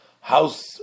house